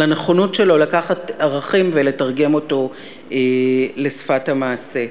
על הנכונות שלו לקחת ערכים ולתרגם אותם לשפת המעשה.